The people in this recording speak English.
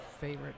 favorite